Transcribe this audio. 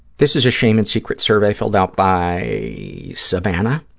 this is a shame and secrets survey filled out by savannah,